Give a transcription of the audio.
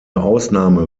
ausnahme